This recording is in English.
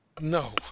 No